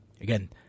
again